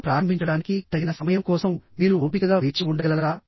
చర్యను ప్రారంభించడానికి తగిన సమయం కోసం మీరు ఓపికగా వేచి ఉండగలరా